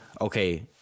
okay